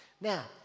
Now